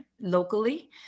locally